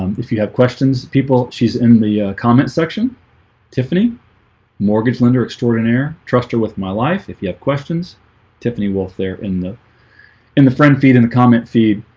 um if you have questions people she's in the comment section tiffany mortgage lender extraordinaire trust her with my life. if you have questions tiffany wolf. they're in the in the friend feed in a comment feed